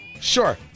Sure